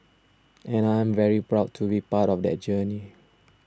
and I'm very proud to be part of that journey